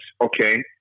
okay